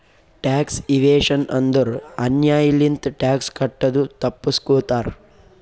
tax evasion ಅಂದುರ್ ಅನ್ಯಾಯ್ ಲಿಂತ ಟ್ಯಾಕ್ಸ್ ಕಟ್ಟದು ತಪ್ಪಸ್ಗೋತಾರ್